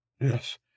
Yes